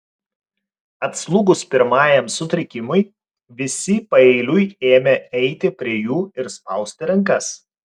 atslūgus pirmajam sutrikimui visi paeiliui ėmė eiti prie jų ir spausti rankas